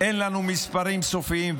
אין לנו מספרים סופיים,